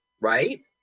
right